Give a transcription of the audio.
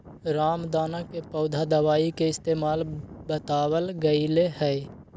रामदाना के पौधा दवाई के इस्तेमाल बतावल गैले है